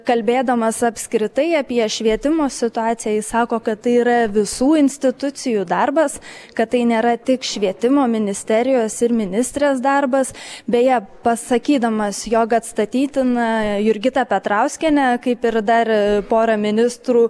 kalbėdamas apskritai apie švietimo situaciją jis sako kad tai yra visų institucijų darbas kad tai nėra tik švietimo ministerijos ir ministrės darbas beje pasakydamas jog atstatydina jurgitą petrauskienę kaip ir dar porą ministrų